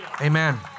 Amen